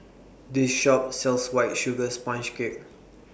This Shop sells White Sugar Sponge Cake